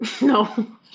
No